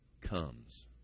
comes